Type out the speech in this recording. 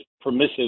permissive